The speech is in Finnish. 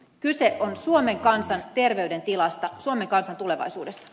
kyse on suomen kansan terveyden tilasta suomen kansan tulevaisuudesta